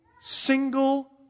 single